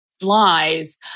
lies